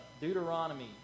Deuteronomy